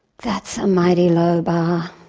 that's a mighty low bar.